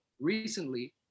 recently